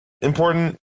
important